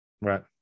Right